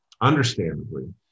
understandably